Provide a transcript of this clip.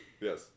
Yes